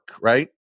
Right